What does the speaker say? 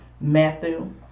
Matthew